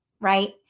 Right